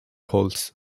holes